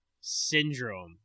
Syndrome